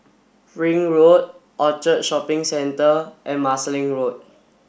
Ring Road Orchard Shopping Centre and Marsiling Road